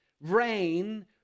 rain